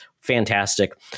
fantastic